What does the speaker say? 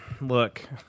look